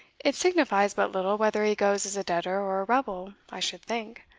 it signifies but little whether he goes as a debtor or a rebel, i should think.